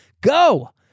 go